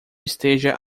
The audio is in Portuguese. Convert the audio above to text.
esteja